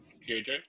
JJ